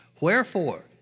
Wherefore